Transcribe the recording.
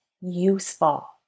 useful